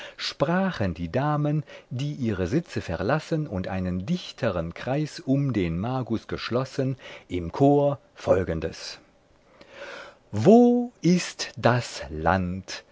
sprachen die damen die ihre sitze verlassen und einen dichteren kreis um den magus geschlossen im chor folgendes wo ist das land